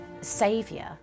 saviour